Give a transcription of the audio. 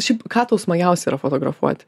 šiaip ką tau smagiausia yra fotografuoti